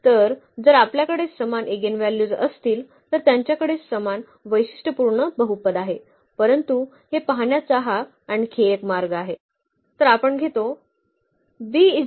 तर जर आपल्याकडे समान इगेनव्हल्यूज असतील तर त्यांच्याकडे समान वैशिष्ट्यपूर्ण बहुपद आहे परंतु हे पाहण्याचा हा आणखी एक मार्ग आहे